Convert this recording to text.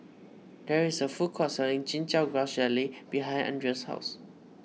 there is a food court selling Chin Chow Grass Jelly behind Andreas' house